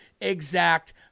exact